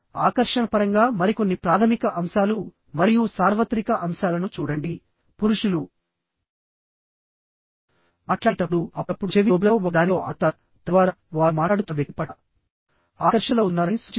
ఆకర్షణ పరంగా మరికొన్ని ప్రాథమిక అంశాలు మరియు సార్వత్రిక అంశాలను చూడండి పురుషులు మాట్లాడేటప్పుడు అప్పుడప్పుడు చెవి లోబ్లలో ఒకదానితో ఆడతారు తద్వారా వారు మాట్లాడుతున్న వ్యక్తి పట్ల ఆకర్షితులవుతున్నారని సూచిస్తుంది